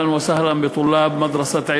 (אומר בשפה הערבית: ברוכים הבאים,